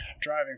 driving